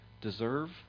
deserve